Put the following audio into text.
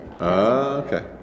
Okay